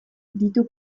ditu